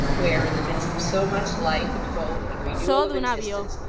where, in the midst of so much life, and hope, and renewal of existence,